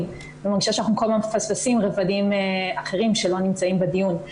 ואני מרגישה שאנחנו כל הזמן מפספסים רבדים אחרים שלא נמצאים בדיון.